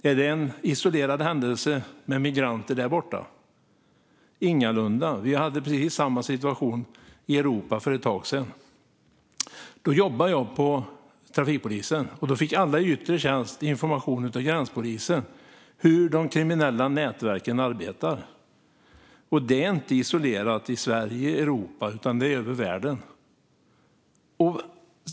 Är det en isolerad händelse med migranter där borta? Ingalunda. Vi hade precis samma situation i Europa för ett tag sedan. Då jobbade jag på trafikpolisen. Alla i yttre tjänst fick information av gränspolisen om hur de kriminella nätverken arbetar. Det är inte isolerat till Sverige och Europa, utan det här gäller över hela världen.